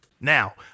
now